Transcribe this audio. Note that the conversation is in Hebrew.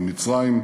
עם מצרים,